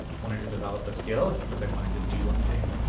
wanted to develop a skill. it's because i wanted to do a thing.